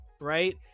Right